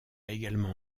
également